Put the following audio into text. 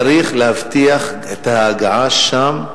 צריך להבטיח את ההגעה לשם.